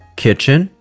kitchen